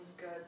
good